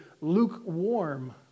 lukewarm